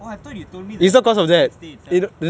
oh I thought you told me on the next day itself